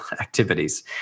activities